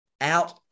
out